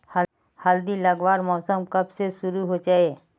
हल्दी लगवार मौसम कब से शुरू होचए?